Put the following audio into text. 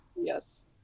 Yes